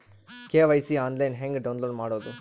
KYC online ಹೆಂಗ್ download ಮಾಡೋದು?